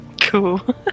Cool